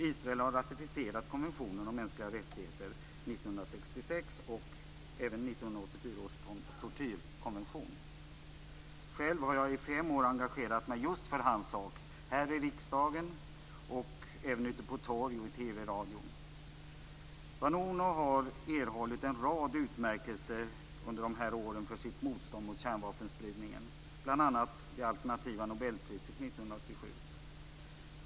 Israel har ratificerat konventionen om mänskliga rättigheter 1966 och även 1984 års tortyrkonvention. Jag har själv i fem år engagerat mig just för hans sak här i riksdagen, ute på torg, i TV och radio. Vanunu har erhållit en rad utmärkelser under de här åren för sitt motstånd mot kärnvapenspridningen, bl.a. det alternativa Nobelpriset 1987.